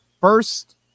First